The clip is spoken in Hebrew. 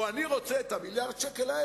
או אני רוצה את המיליארד שקל,